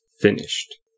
finished